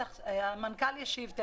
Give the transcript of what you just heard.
המנכ"ל תכף ישיב.